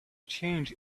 change